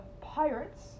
Pirates